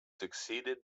succeeded